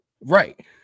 right